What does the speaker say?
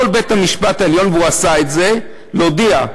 יכול בית-המשפט העליון, והוא עשה את זה, להודיע: